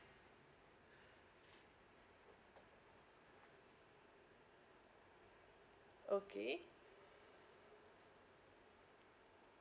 okay